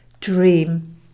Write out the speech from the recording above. dream